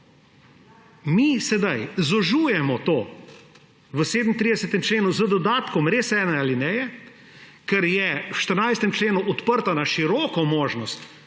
Mi sedaj zožujemo to v 37. členu z dodatkom ene alineje, ker je v 14. členu odprta na široko možnost